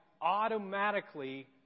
automatically